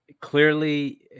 clearly